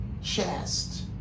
chest